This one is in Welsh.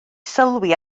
sylwi